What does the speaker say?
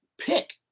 pick